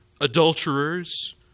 adulterers